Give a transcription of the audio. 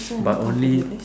but only